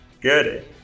Good